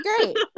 great